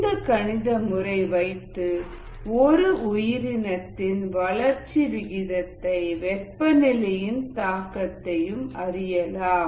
இந்த கணித முறை வைத்து ஒரு உயிரினத்தின் வளர்ச்சி விகிதத்தில் வெப்பநிலையின் தாக்கத்தை அறியலாம்